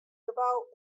gebou